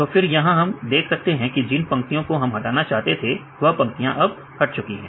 तो फिर यहां हम देख सकते हैं कि जिन पंक्तियों को हम हटाना चाहते थे वह पंक्तियां अब हट चुकी हैं